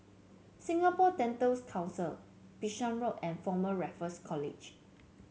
Singapore Dental Council Bishan Road and Former Raffles College